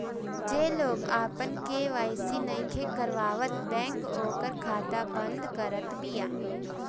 जे लोग आपन के.वाई.सी नइखे करावत बैंक ओकर खाता बंद करत बिया